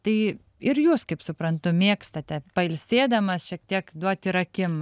tai ir jūs kaip suprantu mėgstate pailsėdamas šiek tiek duot ir akim